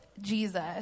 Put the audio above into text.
jesus